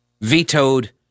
vetoed